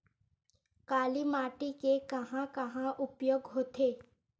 काली माटी के कहां कहा उपयोग होथे?